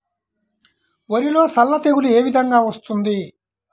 వరిలో సల్ల తెగులు ఏ విధంగా వస్తుంది?